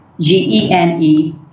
G-E-N-E